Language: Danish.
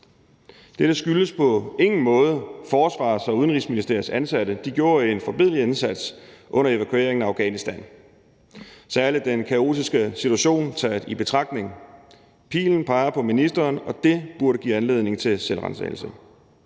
Dette skyldes på ingen måde Forsvars- eller Udenrigsministeriets ansatte. De gjorde en forbilledlig indsats under evakueringen af Afghanistan, særlig den kaotiske situation taget i betragtning. Pilen peger på ministeren, og dét burde give anledning til selvransagelse.